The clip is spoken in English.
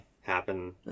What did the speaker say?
happen